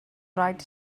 rhaid